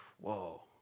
whoa